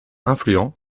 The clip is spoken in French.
influent